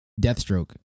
Deathstroke